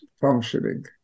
functioning